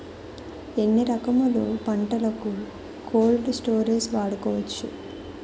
ఎన్ని రకములు పంటలకు కోల్డ్ స్టోరేజ్ వాడుకోవచ్చు?